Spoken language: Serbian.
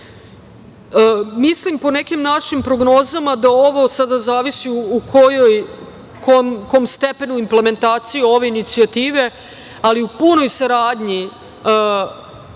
smo. Mislim po nekim našim prognozama da ovo sada zavisi u kom stepenu implementacije ove inicijative, ali u punoj saradnji